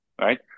right